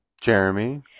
Jeremy